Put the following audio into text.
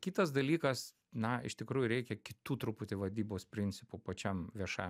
kitas dalykas na iš tikrųjų reikia kitų truputį vadybos principų pačiam viešajam